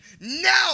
No